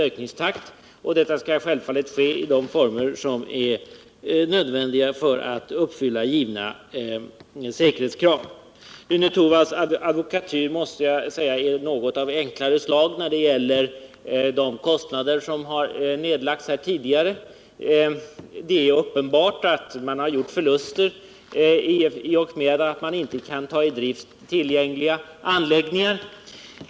—- De nya anläggningarna skall självfallet byggas och nyttjas i de former som är nödvändiga för att uppfylla givna säkerhetskrav. Jag måste säga att Rune Torwalds advokatyr när det gäller tidigare nedlagda kostnader är av något enklare slag. Det är uppenbart att man har gjort och gör förluster i och med att man inte kan ta i drift tillgängliga anläggningar.